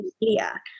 media